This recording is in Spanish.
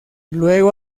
luego